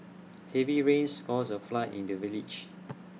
heavy rains caused A flood in the village